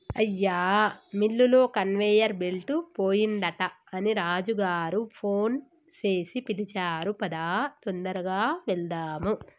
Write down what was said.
అయ్యా మిల్లులో conveyor belt పోయిందట అని రాజు గారు ఫోన్ సేసి పిలిచారు పదా తొందరగా వెళ్దాము